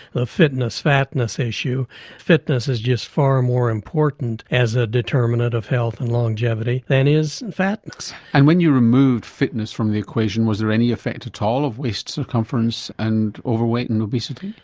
ah fitness fatness issue fitness is just far more important as a determinant of health and longevity than is fatness. and when you removed fitness from the equation was there any effect at all of waist circumference and overweight and obesity?